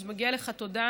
אז מגיעה לך תודה,